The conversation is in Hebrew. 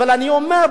אבל אני אומר,